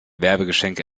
werbegeschenke